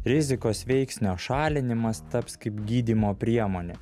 rizikos veiksnio šalinimas taps kaip gydymo priemonė